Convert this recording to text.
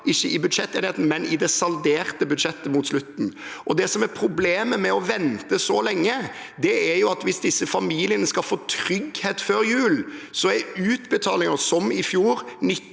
ikke i budsjettenigheten, men i det salderte budsjettet mot slutten. Det som er problemet med å vente så lenge, er jo at hvis disse familiene skal få trygghet før jul, så er utbetalinger som i fjor,